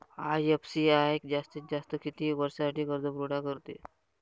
IFCI जास्तीत जास्त किती वर्षासाठी कर्जपुरवठा करते?